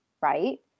right